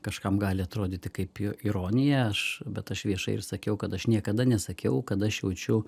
kažkam gali atrodyti kaip i ironija aš bet aš viešai ir sakiau kad aš niekada nesakiau kad aš jaučiu